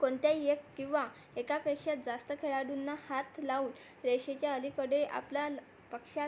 कोणत्याही एक किंवा एकापेक्षा जास्त खेळाडूंना हात लावून रेषेच्या अलीकडे आपल्या ल पक्षात